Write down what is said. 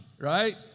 right